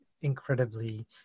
incredibly